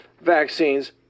vaccines